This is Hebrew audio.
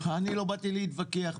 אני לא באתי להתווכח,